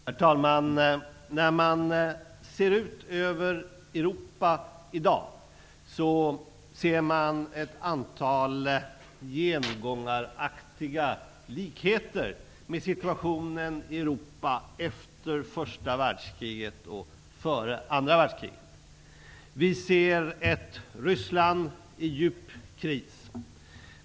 Herr talman! När man ser ut över Europa i dag ser man ett antal gengångaraktiga likheter med situationen i Europa efter första världskriget och före andra världskriget. Vi ser ett Ryssland i djup kris.